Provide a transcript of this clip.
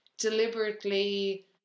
deliberately